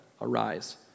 arise